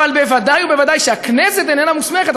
אבל ודאי וודאי שהכנסת איננה מוסמכת,